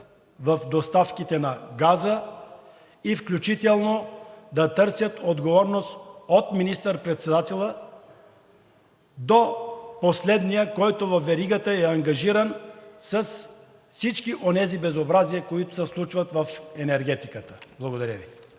в доставките на газа, включително и да търсят отговорност от министър-председателя, до последния, който във веригата е ангажиран с всички онези безобразия, които се случват в енергетиката. Благодаря Ви.